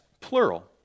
plural